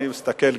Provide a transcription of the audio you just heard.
אני מסתכל,